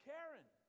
Karen